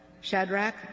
Shadrach